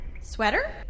Sweater